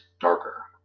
darker